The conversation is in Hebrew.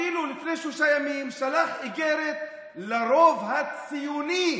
אפילו לפני שלושה ימים שלח איגרת לרוב הציוני.